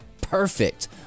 perfect